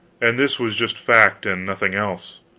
and this was just fact, and nothing else.